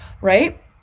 right